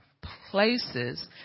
places